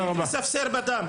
תפסיק לספסר בדם.